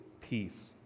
peace